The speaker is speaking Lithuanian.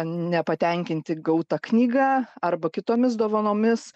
nepatenkinti gauta knyga arba kitomis dovanomis